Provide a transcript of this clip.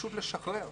פשוט לשחרר.